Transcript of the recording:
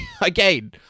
again